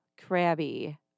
crabby